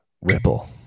ripple